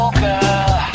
girl